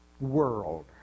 world